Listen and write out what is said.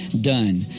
done